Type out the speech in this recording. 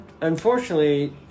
Unfortunately